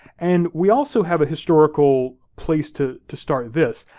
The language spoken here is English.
and we also have a historical place to to start this.